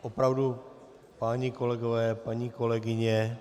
Opravdu, páni kolegové, paní kolegyně...